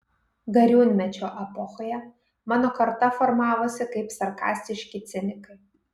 gariūnmečio epochoje mano karta formavosi kaip sarkastiški cinikai